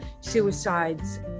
suicides